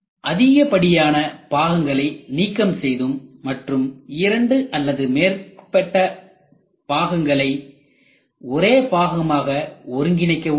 அதிகப்படியான பாகங்களை நீக்கம் செய்தும் மற்றும் இரண்டு அல்லது அதற்கு மேற்பட்ட பாகங்களை ஒரே பாகமாக ஒருங்கிணைக்கவும் முடியும்